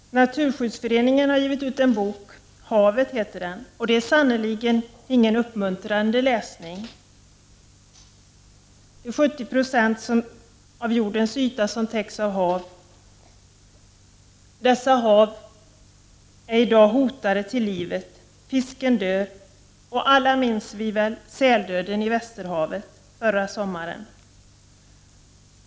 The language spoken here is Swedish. Naturskyddsföreningen har givit ut en bok. Havet heter den, och det är sannerligen ingen uppmuntrande läsning. 70 96 av jordens yta täcks av hav. Dessa hav är i dag hotade till livet; fisken dör och alla minns vi väl säldöden i Västerhavet förra sommaren.